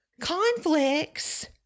Conflicts